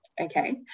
okay